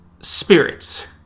spirits